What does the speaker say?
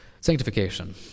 sanctification